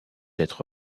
être